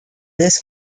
this